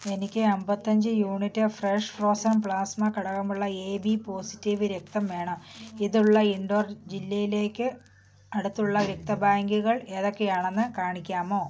എനിക്ക് അമ്പത്തഞ്ച് unit fresh frozen plasma ഘടകമുള്ള എ ബി പോസിറ്റീവ് രക്തം വേണം ഇതുള്ള ഇൻഡോർ ജില്ലയിലേക്ക് അടുത്തുള്ള രക്തബാങ്കുകൾ ഏതൊക്കെയാണെന്ന് കാണിക്കാമോ